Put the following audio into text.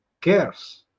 cares